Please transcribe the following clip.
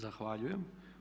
Zahvaljujem.